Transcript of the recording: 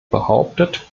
behauptet